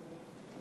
כמובן.